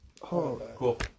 cool